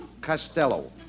Costello